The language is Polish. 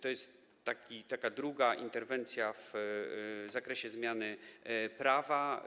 To jest taka druga interwencja w zakresie zmiany prawa.